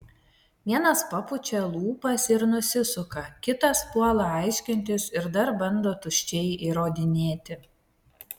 vienas papučia lūpas ir nusisuka kitas puola aiškintis ir dar bando tuščiai įrodinėti